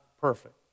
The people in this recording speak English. perfect